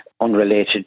unrelated